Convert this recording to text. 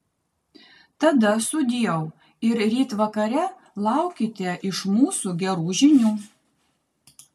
tada sudieu ir ryt vakare laukite iš mūsų gerų žinių